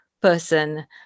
person